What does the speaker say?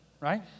Right